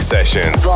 Sessions